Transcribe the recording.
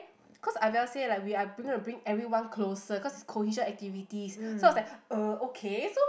cause I will say like we are gonna bring everyone closer cause cohesion activities so I was like uh okay so